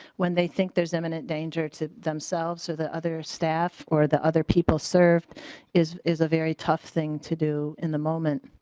when they think there's imminent danger to themselves or the other staff or the other people served is is a very tough thing to do in the moment.